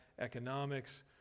economics